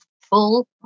full